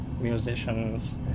musicians